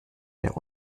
der